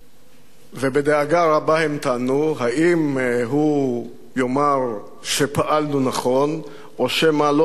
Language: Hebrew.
ובדאגה רבה המתנו: האם הוא יאמר שפעלנו נכון או שמא לא פעלנו נכון,